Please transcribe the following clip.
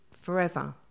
forever